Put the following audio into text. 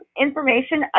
information